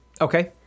Okay